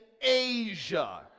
Asia